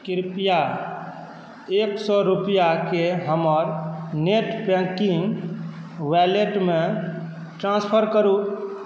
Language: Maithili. कृप्या एक सए रूपैआकेँ हमर नेट बैंकिंग वॉलेटमे ट्रान्सफर करू